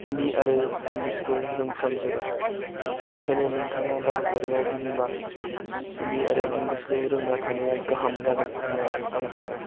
हिन्दी आरो इंग्लिसखौ रोंफ्रामजोबो बिनिखायनो नोंथाङा भारत हादराव गिदिंबा हिन्दी आरो इंग्लिसखौ रोंना थानाया गाहाम जागोन होननानै आं सानो